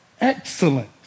excellent